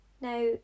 now